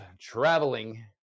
traveling